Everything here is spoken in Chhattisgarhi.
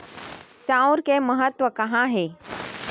चांउर के महत्व कहां हे?